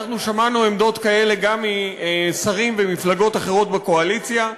אנחנו שמענו עמדות כאלה גם משרים במפלגות אחרות בקואליציה,